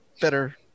better